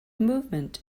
movement